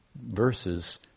verses